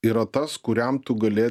yra tas kuriam tu gali